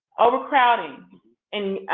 overcrowding in